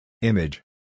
Image